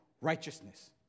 righteousness